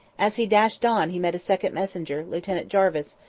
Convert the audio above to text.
as he dashed on he met a second messenger, lieutenant jarvis,